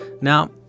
now